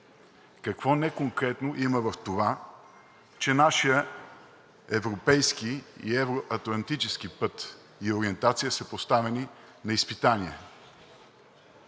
Какво неконкретно има в това, че нашият европейски и евро-атлантически път и ориентация са поставени на изпитание?